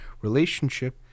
relationship